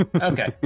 okay